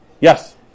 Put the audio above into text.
Yes